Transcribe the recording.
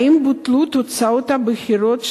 האם בוטלו תוצאות הבחירות,